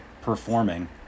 performing